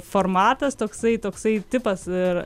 formatas toksai toksai tipas ir